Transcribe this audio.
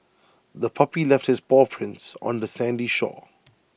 the puppy left its paw prints on the sandy shore